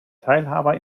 teilhaber